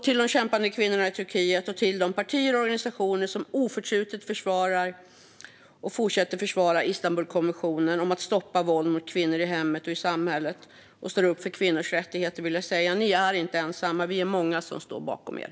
Till de kämpande kvinnorna i Turkiet och till de partier och organisationer som oförtrutet fortsätter att försvara Istanbulkonventionen om att stoppa våld mot kvinnor i hemmet och i samhället och står upp för kvinnors rättigheter vill jag säga: Ni är inte ensamma. Vi är många som står bakom er.